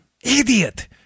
Idiot